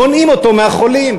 מונעים אותו מהחולים.